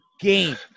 game